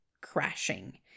crashing